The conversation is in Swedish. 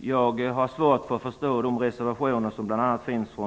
Jag har svårt att förstå reservationerna från bl.a.